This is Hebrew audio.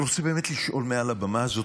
באמת לשאול מעל הבמה הזאת: